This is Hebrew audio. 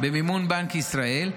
במימון בנק ישראל,